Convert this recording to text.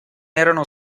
erano